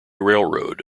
railroad